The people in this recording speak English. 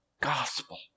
gospel